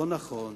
לא נכון.